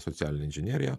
socialinė inžinerija